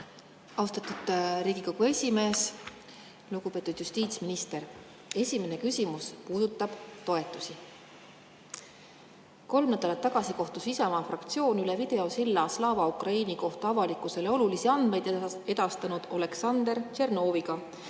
Austatud Riigikogu esimees! Lugupeetud justiitsminister! Esimene küsimus puudutab toetusi. Kolm nädalat tagasi oli Isamaa fraktsioonil üle videosilla kohtumine Slava Ukraini kohta avalikkusele olulisi andmeid edastanud Oleksandr Tšernoviga,